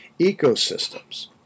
ecosystems